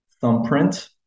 thumbprint